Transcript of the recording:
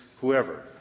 whoever